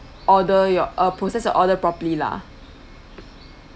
order your uh process the order properly lah